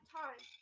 time